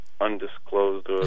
undisclosed